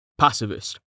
Passivist